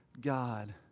God